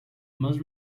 must